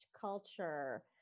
culture